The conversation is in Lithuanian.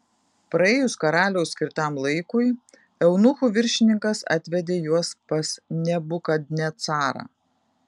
praėjus karaliaus skirtam laikui eunuchų viršininkas atvedė juos pas nebukadnecarą